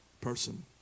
person